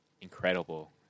Incredible